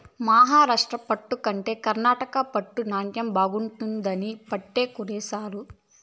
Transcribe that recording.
మహారాష్ట్ర పట్టు కంటే కర్ణాటక రాష్ట్ర పట్టు నాణ్ణెం బాగుండాదని పంటే కొన్ల సారూ